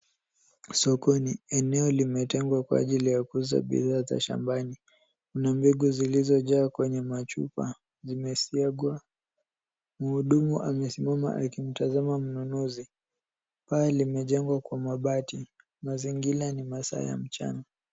Sokoni eneo limetengwa kwa ajili ya kuuza bidhaa za shambani na mbegu zilizojaa kwenye machupa zimesiagwa. Mhudumu amesimama akimtazama mnnunuzi. Paa limejengwa kwa mabati. Mazingira ni masaa ya mchana.